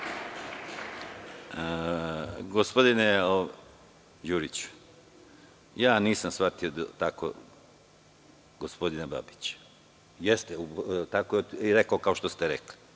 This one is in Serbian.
Gospodine Đuriću, nisam shvatio tako gospodina Babića. Rekao je tako kao što ste rekli